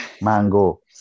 mango